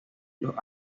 los